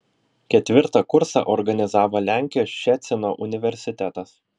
ketvirtą kursą organizavo lenkijos ščecino universitetas